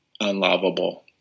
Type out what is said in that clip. unlovable